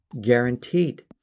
guaranteed